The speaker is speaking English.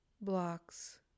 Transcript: blocks